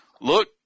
look